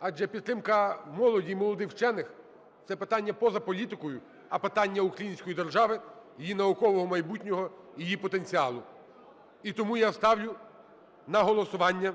адже підтримка молоді і молодих вчених – це питання поза політикою, а питання української держави, її наукового майбутнього і її потенціалу. І тому я ставлю на голосування